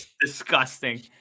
disgusting